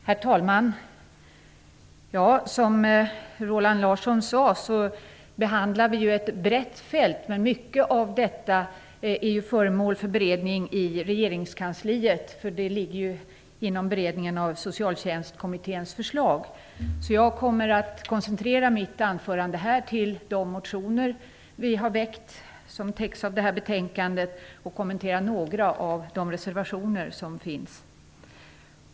Herr talman! Som Roland Larsson sade behandlar vi ett brett fält. Men mycket av detta är föremål för beredning i regeringskansliet. Det ligger ju inom beredningen av Socialtjänstkommitténs förslag. Därför kommer jag i mitt anförande att koncentrera mig på de motioner som vi har väckt och som täcks i det här betänkandet. Dessutom skall jag kommentera några av de reservationer som finns.